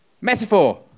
Metaphor